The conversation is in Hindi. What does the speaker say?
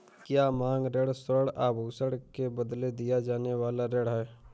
क्या मांग ऋण स्वर्ण आभूषण के बदले दिया जाने वाला ऋण है?